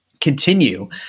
continue